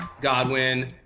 Godwin